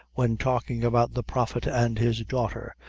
when talking about the prophet and his daughter,